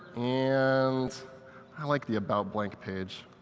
and i like the about blank page.